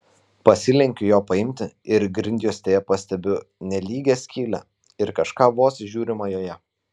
pasilenkiu jo paimti ir grindjuostėje pastebiu nelygią skylę ir kažką vos įžiūrima joje